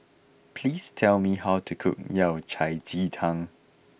please tell me how to cook Yao Cai Ji Tang